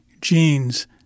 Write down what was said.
genes